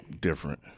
different